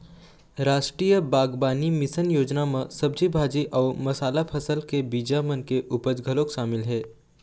रास्टीय बागबानी मिसन योजना म सब्जी भाजी अउ मसाला फसल के बीजा मन के उपज घलोक सामिल हे